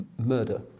murder